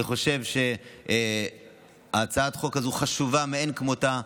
אני חושב שהצעת החוק הזו היא חשובה מאין כמותה.